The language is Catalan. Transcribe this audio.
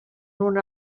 una